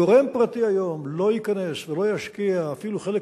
גורם פרטי היום לא ייכנס ולא ישקיע אפילו חלק